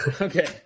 Okay